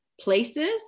places